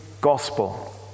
gospel